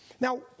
Now